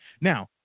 Now